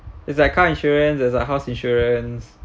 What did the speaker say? it's like car insurance it's like house insurance